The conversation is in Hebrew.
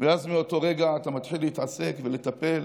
ואז, מאותו רגע אתה מתחיל להתעסק ולטפל